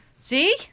See